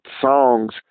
songs